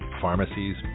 pharmacies